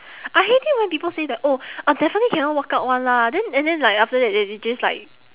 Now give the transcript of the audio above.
I hate it when people say that oh uh definitely cannot work out [one] lah then and then like after that they just like